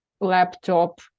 laptop